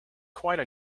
quite